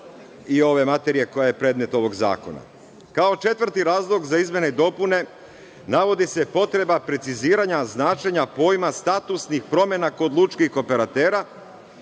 i ove materije koja je predmet ovog zakona. Kao četvrti razlog za izmene i dopune navodi se potreba preciziranja značenja pojma „statusnih promena kod lučkih operatera“